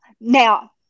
Now